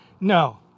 No